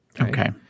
okay